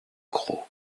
crau